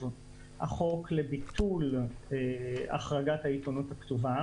החוק לביטול החרגת העיתונות הכתובה,